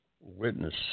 witness